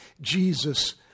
Jesus